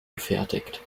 gefertigt